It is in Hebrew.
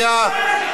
תשמע,